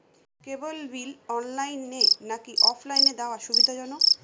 কেবল bill অনলাইনে নাকি অফলাইনে দেওয়া সুবিধাজনক?